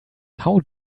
how